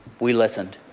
we listened.